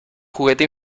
juguete